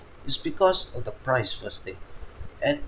it's because of the price first thing and